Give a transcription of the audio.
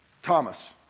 Thomas